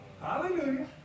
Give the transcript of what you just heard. Hallelujah